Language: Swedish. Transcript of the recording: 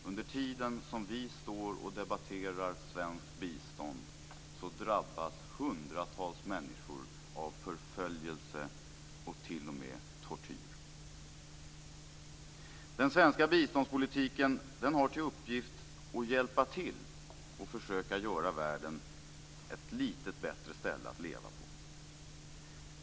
Under tiden som vi står och debatterar svenskt bistånd drabbas hundratals människor av förföljelse och t.o.m. tortyr. Den svenska biståndspolitiken har till uppgift att hjälpa till att försöka göra världen till ett lite bättre ställe att leva på.